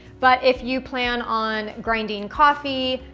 but, if you plan on grinding coffee,